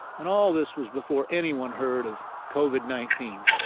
and all this was before anyone heard of covid nineteen.